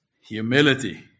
humility